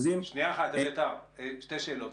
שנייה אחת, אביתר, שתי שאלות.